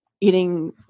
eating